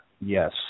Yes